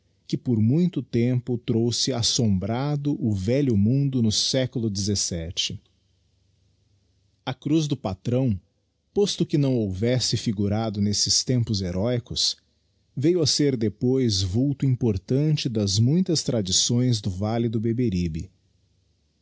que por muito tempo trouxe assombrado o velho mundo no século xvii a cruz do patrão posto que não houvesse figurado nesses tempos heróicos veio a ser depois vnlto importante das muitas tradições do valle do beberibe